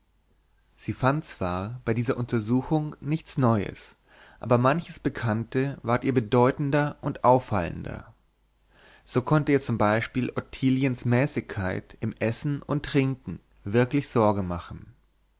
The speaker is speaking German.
sie fand zwar bei dieser untersuchung nichts neues aber manches bekannte ward ihr bedeutender und auffallender so konnte ihr zum beispiel ottiliens mäßigkeit im essen und trinken wirklich sorge machen